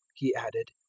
he added,